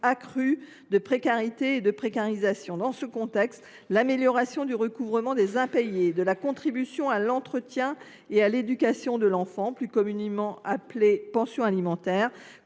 accru de précarité et de précarisation. Dans ces conditions, l’amélioration du recouvrement des impayés de la contribution à l’entretien et à l’éducation de l’enfant, plus communément appelée « pension alimentaire »,